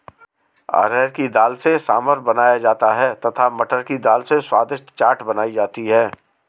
अरहर की दाल से सांभर बनाया जाता है तथा मटर की दाल से स्वादिष्ट चाट बनाई जाती है